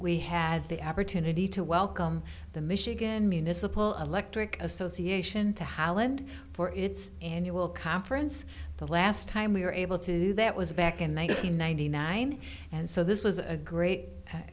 we had the opportunity to welcome the michigan municipal electric association to highland for its annual conference the last time we were able to do that was back in one nine hundred ninety nine and so this was a great